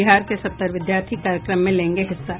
बिहार के सत्तर विद्यार्थी कार्यक्रम में लेंगे हिस्सा